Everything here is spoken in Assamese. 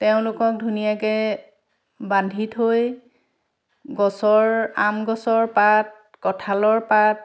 তেওঁলোকক ধুনীয়াকৈ বান্ধি থৈ গছৰ আম গছৰ পাত কঁঠালৰ পাত